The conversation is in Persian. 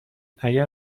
اگر